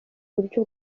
buryo